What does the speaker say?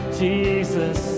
jesus